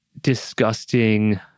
disgusting